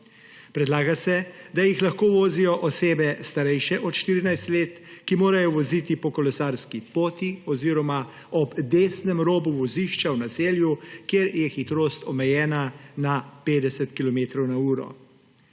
Predlaga se, da jih lahko vozijo osebe, starejše od 14 let, ki morajo voziti po kolesarski poti oziroma ob desnem robu vozišča v naselju, kjer je hitrost omejena na 50 kilometrov